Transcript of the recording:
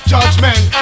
Judgment